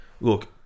Look